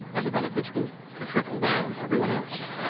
and the benefits will trickle down to everyone else.